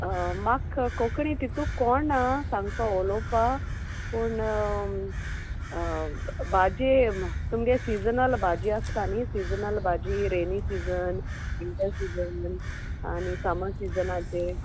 म्हाका कोंकणी तितू कोळना आ सांगपा उलोवपा पूण भाजी तुमगे सिजनल भाजी आसता न्ही सिजनल भाजी रेनी सिजन विंटर सिजन आनी समर सिजनाचे